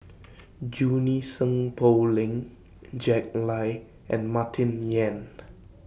Junie Sng Poh Leng Jack Lai and Martin Yan